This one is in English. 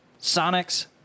Sonics